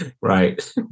right